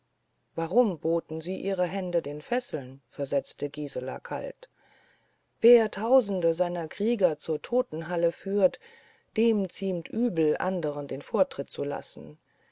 warum boten sie ihre hände den fesseln versetzte gisela kalt wer tausende seiner krieger zur totenhalle führt dem ziemt übel anderen den vortritt zu lassen